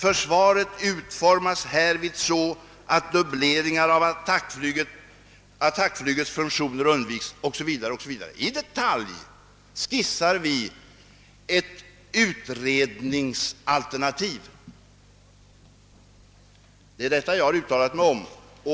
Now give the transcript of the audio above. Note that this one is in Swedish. Försvaret utformas härvid så att dubbleringar av attackflygets funktioner undviks.» Det är detta jag har uttalat mig om.